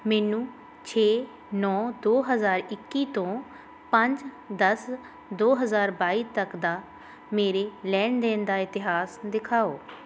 ਮੈਨੂੰ ਛੇ ਨੌਂ ਦੋ ਹਜ਼ਾਰ ਇੱਕੀ ਤੋਂ ਪੰਜ ਦਸ ਦੋ ਹਜ਼ਾਰ ਬਾਈ ਤੱਕ ਦਾ ਮੇਰੇ ਲੈਣ ਦੇਣ ਦਾ ਇਤਿਹਾਸ ਦਿਖਾਓ